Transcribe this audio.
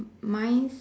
mine